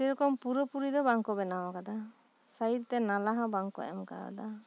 ᱥᱮᱨᱚᱠᱚᱢ ᱯᱩᱨᱟᱹᱯᱩᱨᱤ ᱫᱚ ᱵᱟᱝ ᱠᱚ ᱵᱮᱱᱟᱣ ᱟᱠᱟᱫᱟ ᱥᱟᱭᱤᱰ ᱛᱮ ᱱᱟᱞᱟ ᱦᱚᱸ ᱵᱟᱝ ᱠᱚ ᱮᱢ ᱠᱟᱣᱫᱟ